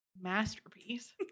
masterpiece